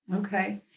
Okay